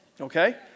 Okay